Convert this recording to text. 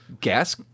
gas